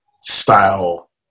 style